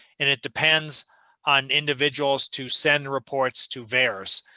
and it depends on individuals to send reports to vaers.